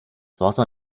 wasser